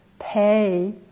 pay